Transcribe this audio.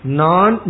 non